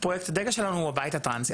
פרויקט הדגל שלנו הוא הבית הטרנסי.